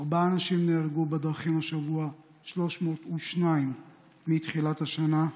ארבעה אנשים נהרגו בדרכים השבוע, 302 מתחילת השנה.